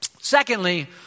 Secondly